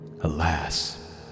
Alas